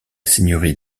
seigneurie